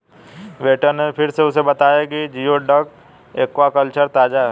waiter ने फिर उसे बताया कि जिओडक एक्वाकल्चर ताजा है